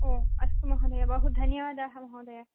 ओ अस्तु महोदय बहु धन्यवादाः महोदय